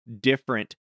different